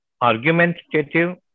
argumentative